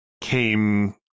came